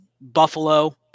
Buffalo